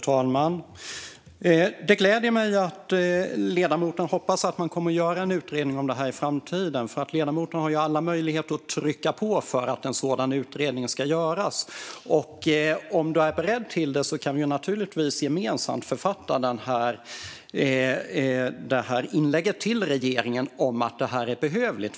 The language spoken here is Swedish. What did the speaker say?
Fru talman! Det gläder mig att ledamoten hoppas att man kommer att göra en utredning om detta i framtiden, för ledamoten har alla möjligheter att trycka på för att en sådan utredning ska göras. Om ledamoten är beredd på det kan vi naturligtvis gemensamt författa inlägget till regeringen om att detta är behövligt.